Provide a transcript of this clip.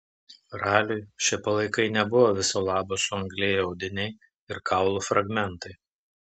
raliui šie palaikai nebuvo viso labo suanglėję audiniai ir kaulų fragmentai